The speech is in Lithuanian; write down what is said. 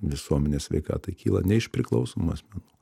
visuomenės sveikatai kyla ne iš priklausomų asmenų